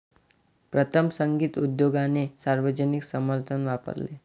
प्रथम, संगीत उद्योगाने सार्वजनिक समर्थन वापरले